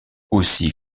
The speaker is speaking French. aussi